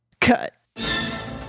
cut